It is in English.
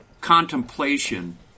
contemplation